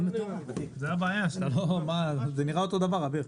זה נראה אותו דבר, אביר.